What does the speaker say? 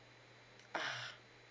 ah